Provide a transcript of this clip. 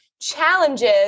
challenges